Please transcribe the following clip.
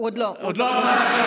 עוד לא עברה דקה.